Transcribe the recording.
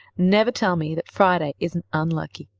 never tell me that friday isn't unlucky.